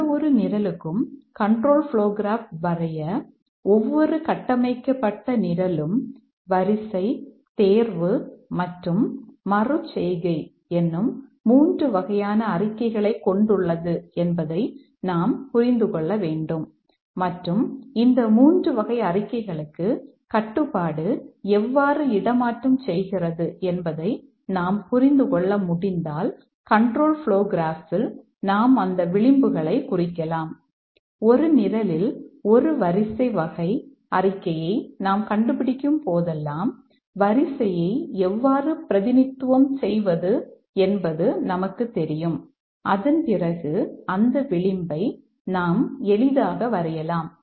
எந்தவொரு நிரலுக்கும் control flow graph லும் மறு செய்கையிலும் இதே போன்று வரையலாம்